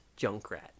Junkrat